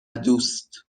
دوست